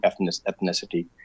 ethnicity